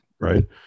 right